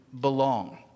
belong